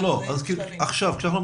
בחלוקה.